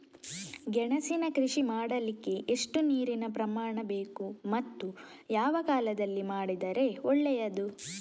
ಗೆಣಸಿನ ಕೃಷಿ ಮಾಡಲಿಕ್ಕೆ ಎಷ್ಟು ನೀರಿನ ಪ್ರಮಾಣ ಬೇಕು ಮತ್ತು ಯಾವ ಕಾಲದಲ್ಲಿ ಮಾಡಿದರೆ ಒಳ್ಳೆಯದು?